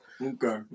okay